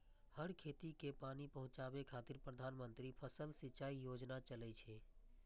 हर खेत कें पानि पहुंचाबै खातिर प्रधानमंत्री फसल सिंचाइ योजना चलै छै